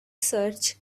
search